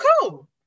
cool